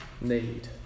need